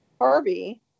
Harvey